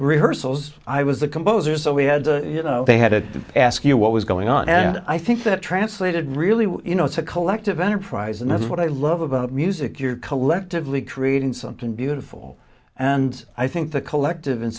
rehearsals i was a composer so we had to you know they had to ask you what was going on and i think that translated really you know collective enterprise and that's what i love about music you're collectively creating something beautiful and i think the collective in